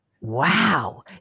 Wow